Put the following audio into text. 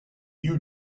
you